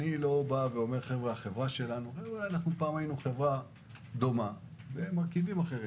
אני לא אומר שפעם היינו חברה דומה במרכיבים אחרים,